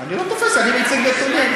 אני לא תופס, אני מציג נתונים.